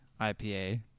IPA